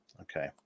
Okay